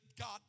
God